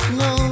no